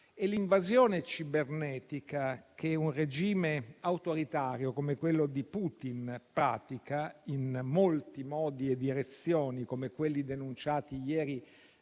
L'invasione cibernetica che un regime autoritario come quello di Putin pratica in molti modi e direzioni, come quelli denunciati ieri